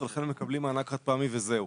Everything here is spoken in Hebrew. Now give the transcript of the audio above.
לכן הם מקבלים מענק חד פעמי וזהו.